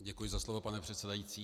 Děkuji za slovo, pane předsedající.